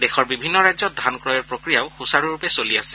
দেশৰ বিভিন্ন ৰাজ্যত ধান ক্ৰয়ৰ প্ৰক্ৰিয়াও সুচাৰুৰূপে চলি আছে